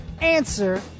Answer